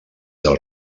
del